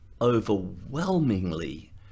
overwhelmingly